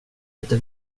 inte